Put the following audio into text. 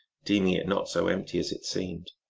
deeming it not so empty as it seemed.